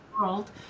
world